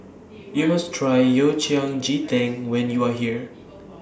YOU must Try Yao Cai Ji Tang when YOU Are here